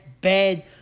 bad